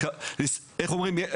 איך אומרים?